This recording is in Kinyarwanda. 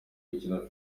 gukina